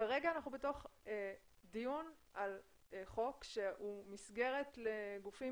כרגע אנחנו בדיון על חוק שהוא מסגרת לגופים